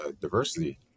diversity